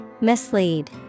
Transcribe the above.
Mislead